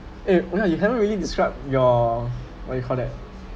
eh wait you haven't really describe your what we call that